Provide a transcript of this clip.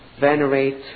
venerate